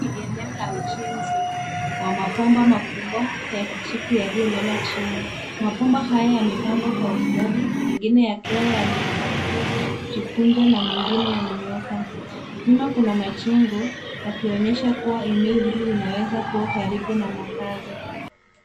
Ni eneo la ujenzi wa mabomba makubwa ya kijivu yaliyolala chini. Mabomba haya yamepangwa kwa ustadi, mengine yakiwa yamejikunja na mengine yamenyooka. Nyuma kuna majengo yakionyesha kuwa eneo hili linaweza kuwa karibu na makazi.